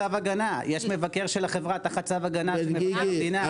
יש מבקר של החברה תחת צו הגנה של מבקר המדינה.